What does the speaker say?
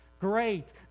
Great